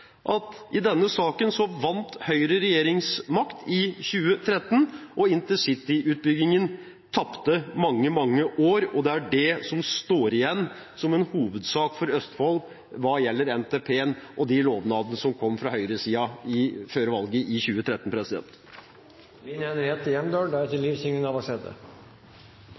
at i denne saken vant Høyre regjeringsmakt i 2013 og intercity-utbyggingen tapte mange, mange år – og det er det som står igjen som en hovedsak for Østfold når det gjelder NTP-en og de lovnadene som kom fra høyresiden før valget i 2013.